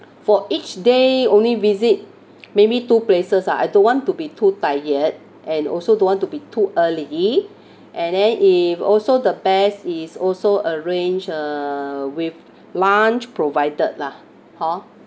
for each day only visit maybe two places ah I don't want to be too tired and also don't want to be too early and then if also the best is also arrange uh with lunch provided lah hor